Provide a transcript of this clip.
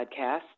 podcast